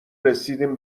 رسیدیم